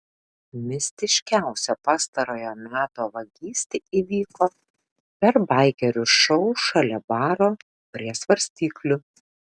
mistiškiausia pastarojo meto vagystė įvyko per baikerių šou šalia baro prie svarstyklių